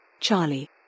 Charlie